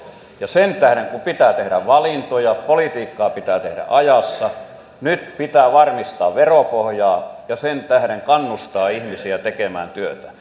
ja sen tähden kun pitää tehdä valintoja politiikkaa pitää tehdä ajassa nyt pitää varmistaa veropohjaa ja sen tähden kannustaa ihmisiä tekemään työtä